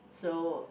so